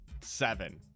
Seven